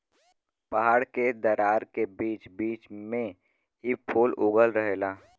पहाड़ के दरार के बीच बीच में इ फूल उगल रहेला